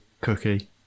cookie